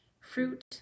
fruit